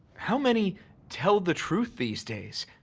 how many tell the truth these days?